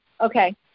Okay